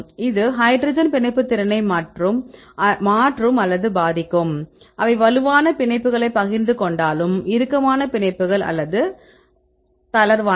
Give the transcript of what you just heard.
இது ஹைட்ரஜன் பிணைப்பு திறனை மாற்றும் அல்லது பாதிக்கும் அவை வலுவான பிணைப்புகளைப் பகிர்ந்து கொண்டாலும் இறுக்கமான பிணைப்புகள் அல்ல தளர்வானது